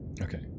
Okay